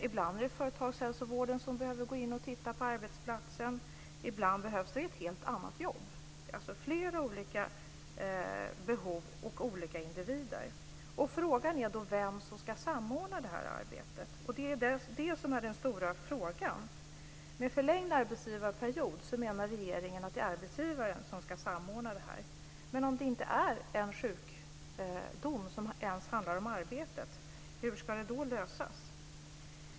Ibland är det företagshälsovården som behöver gå in och titta på arbetsplatsen, och ibland behövs det ett helt annat jobb. Det handlar alltså om flera olika behov och om olika individer. Frågan är vem som ska samordna det här arbetet; det är den stora frågan. Med en förlängd arbetsgivarperiod menar regeringen att det är arbetsgivaren som ska samordna detta. Men om det inte ens är en sjukdom som handlar om arbetet, hur ska då det här lösas?